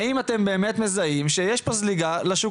האם אתם באמת מזהים שיש פה זליגה לשוק